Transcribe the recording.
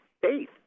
faith